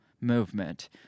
movement